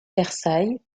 versailles